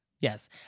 Yes